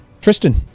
Tristan